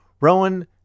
Rowan